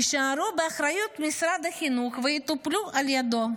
יישארו באחריות משרד החינוך ויטופלו על ידו.